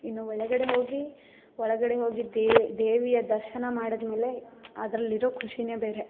ಇನ್ನೂ ಒಳಗಡೆ ಹೋಗಿ ಒಳಗಡೆ ಹೋಗಿ ದೇವಿಯ ದರ್ಶನ ಮಾಡಿದ ಮೇಲೆ ಅದರಲ್ಲಿರೋ ಖುಷಿಯೇ ಬೇರೆ